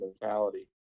mentality